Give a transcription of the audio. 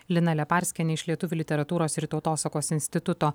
lina leparskienė iš lietuvių literatūros ir tautosakos instituto